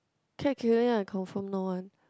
cat killing ah I confirm know one